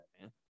man